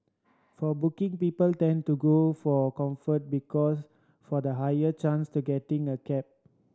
for booking people tend to go for Comfort because for the higher chance to getting a cab